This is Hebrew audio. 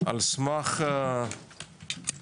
על סמך קביעה,